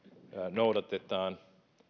noudatetaan